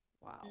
Wow